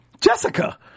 Jessica